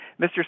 Mr